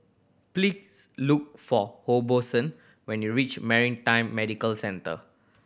please look for Hobson when you reach Maritime Medical Centre